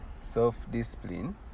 self-discipline